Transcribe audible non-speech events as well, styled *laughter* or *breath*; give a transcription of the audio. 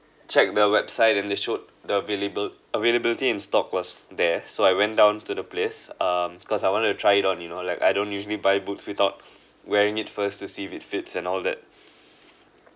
check their website and they showed the available availability in stock was there so I went down to the place um cause I wanted to try it on you know like I don't usually buy boots without wearing it first to see if it fits and all that *breath*